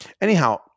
anyhow